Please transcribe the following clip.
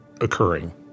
occurring